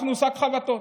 אנחנו שק החבטות,